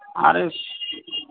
आर